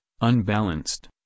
unbalanced